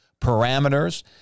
parameters